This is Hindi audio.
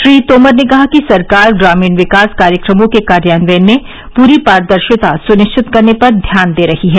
श्री तोमर ने कहा कि सरकार ग्रामीण विकास कार्यक्रमों के कार्यान्वयन में पूरी पारदर्शिता सुनिश्चित करने पर ध्यान दे रही है